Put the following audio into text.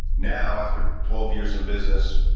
now after twelve years in business,